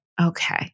okay